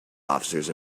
officers